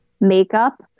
makeup